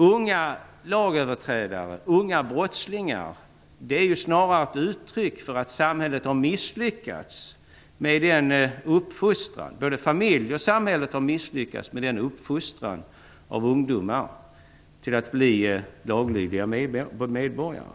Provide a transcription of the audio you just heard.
Unga lagöverträdare, unga brottslingar, är ju snarare ett uttryck för att både familj och samhälle har misslyckats med sin uppfostran av ungdomarna till att bli laglydiga medborgare.